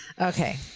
Okay